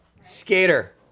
skater